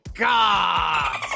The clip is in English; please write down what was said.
god